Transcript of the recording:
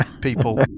people